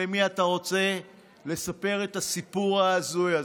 למי אתה רוצה לספר את הסיפור ההזוי הזה?